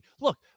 look